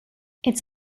its